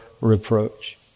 reproach